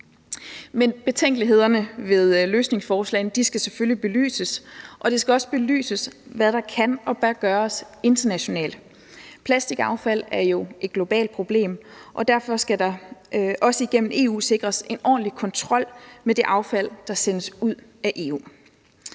betænkelighederne ved løsningsforslagene skal selvfølgelig belyses, og det skal også belyses, hvad der kan og bør gøres internationalt. Plastikaffald er jo et globalt problem, og derfor skal der også igennem EU sikres en ordentlig kontrol med det affald, der sendes ud af EU.